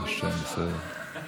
ברוך השם, בסדר.